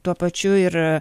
tuo pačiu ir